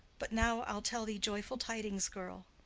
but now i'll tell thee joyful tidings, girl.